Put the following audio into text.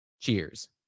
Cheers